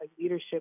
leadership